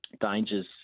Dangers